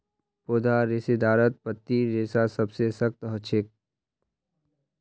पौधार रेशेदारत पत्तीर रेशा सबसे सख्त ह छेक